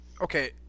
Okay